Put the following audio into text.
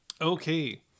Okay